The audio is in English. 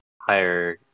higher